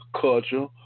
culture